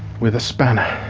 with a spanner.